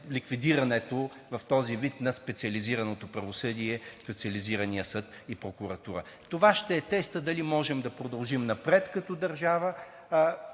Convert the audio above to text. ликвидирането в този вид на специализираното правосъдие, Специализирания съд и прокуратура. Това ще е тестът дали можем да продължим напред като държава